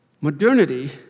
Modernity